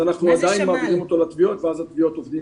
אנחנו עדיין מעבירים אותו לתביעות בפרקליטות ואז התביעות עובדים